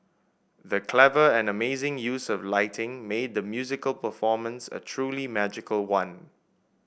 the clever and amazing use of lighting made the musical performance a truly magical one